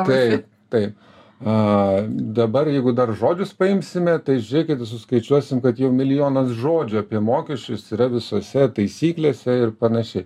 taip taip a dabar jeigu dar žodžius paimsime tai žiūrėkit suskaičiuosim kad jau milijonas žodžių apie mokesčius yra visose taisyklėse ir panašiai